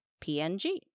PNG